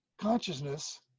consciousness